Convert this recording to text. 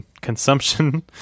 consumption